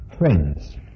friends